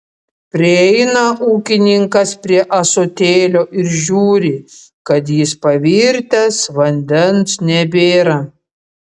prieina ūkininkas prie ąsotėlio ir žiūri kad jis pavirtęs vandens nebėra